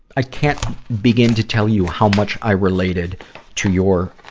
i can't begin to tell you how much i related to your